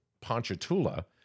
Ponchatoula